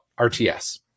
RTS